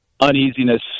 uneasiness